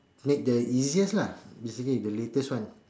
make the easiest lah basically the latest one